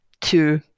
two